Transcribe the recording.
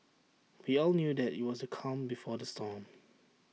we all knew that IT was the calm before the storm